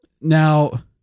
now